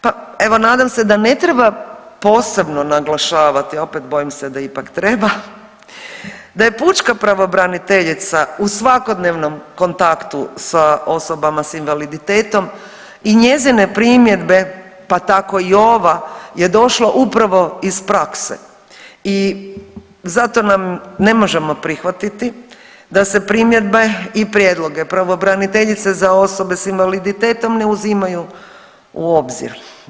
Pa, evo, nadam se da ne treba posebno naglašavati, opet, bojim se da ipak treba, da je pučka pravobraniteljica u svakodnevnom kontaktu s osobama s invaliditetom i njezine primjedbe pa tako i ova je došla upravo iz prakse i zato nam, ne možemo prihvatiti da se primjedbe i prijedloge pravobraniteljice za osobe s invaliditetom ne uzimaju u obzir.